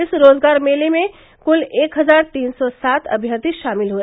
इस रोजगार मेला में कुल एक हजार तीन सौ सात अम्यर्थी शामिल हुए